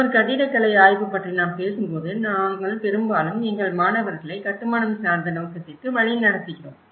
ஒரு கட்டிடக்கலை ஆய்வு பற்றி நாம் பேசும்போது நாங்கள் பெரும்பாலும் எங்கள் மாணவர்களை கட்டுமானம் சார்ந்த நோக்கத்திற்கு வழிநடத்துகிறோம்